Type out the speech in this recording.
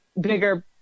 bigger